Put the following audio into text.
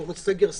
נקרא סגר סניטרי.